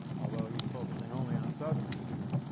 although he's focusing only on southerners here.